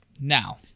Now